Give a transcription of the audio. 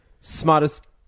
Smartest